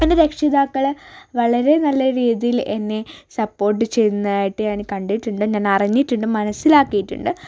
എന്റെ രക്ഷിതാക്കൾ വളരെ നല്ല രീതിയിൽ എന്നെ സപ്പോർട്ട് ചെയ്യുന്നതായിട്ട് ഞാൻ കണ്ടിട്ടുണ്ട് ഞാൻ അറിഞ്ഞിട്ടുണ്ട് മനസ്സിലാക്കിയിട്ടുണ്ട്